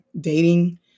dating